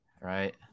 right